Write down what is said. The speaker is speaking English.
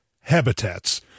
habitats